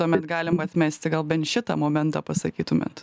tuomet galim atmesti gal bent šitą momentą pasakytumėt